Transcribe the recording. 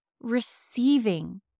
receiving